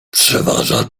przeważa